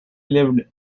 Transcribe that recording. lived